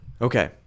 Okay